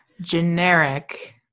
generic